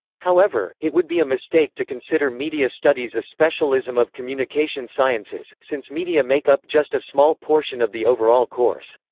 however, it would be a mistake to consider media studies a specialism of communication sciences, since media make up just a small portion of the overall course.